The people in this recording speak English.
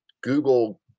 Google